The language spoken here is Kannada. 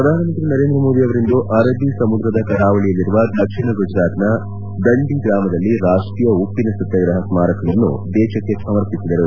ಪ್ರಧಾನಮಂತ್ರಿ ನರೇಂದ್ರ ಮೋದಿ ಅವರಿಂದು ಅರಬ್ಲ ಸಮುದ್ರದ ಕರಾವಳಿಯಲ್ಲಿರುವ ದಕ್ಷಿಣ ಗುಜರಾತ್ನ ದಂಡಿ ಗ್ರಾಮದಲ್ಲಿ ರಾಷ್ಷೀಯ ಉಪ್ಪಿನ ಸತ್ನಾಗ್ರಹ ಸ್ನಾರಕವನ್ನು ದೇಶಕ್ಕೆ ಸಮರ್ಪಿಸಿದರು